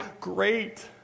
great